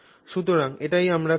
সুতরাং এটাই আমরা করব